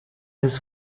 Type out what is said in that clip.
his